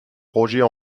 roger